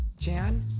Jan